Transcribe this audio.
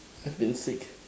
has been sick